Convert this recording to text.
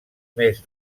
més